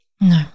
No